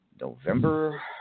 November